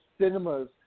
cinemas